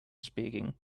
speaking